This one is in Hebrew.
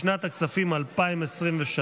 לשנת הכספים 2023,